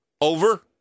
over